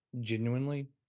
Genuinely